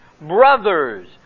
Brothers